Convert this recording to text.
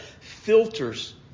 filters